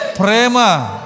prema